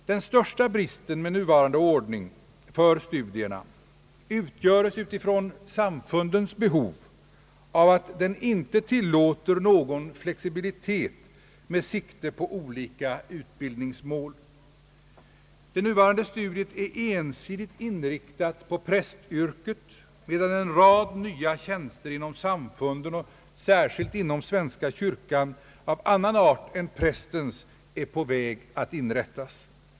Den största bristen med nuvarande ordning för studierna utgöres, vad gäller samfundens behov, av att den ej tillåter någon flexibilitet med sikte på olika utbildningsmål. Det nuvarande studiet är ensidigt inriktat på prästyrket, medan en rad nya tjänster inom samfunden och särskilt inom svenska kyrkan av annan art än prästens är på väg att inrättas.